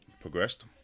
progressed